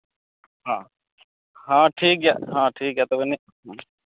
ᱦᱚᱸ ᱦᱮᱸ ᱴᱷᱤᱠ ᱜᱮᱭᱟ ᱦᱮᱸ ᱴᱷᱤᱠ ᱜᱮᱭᱟ ᱛᱚᱵᱮ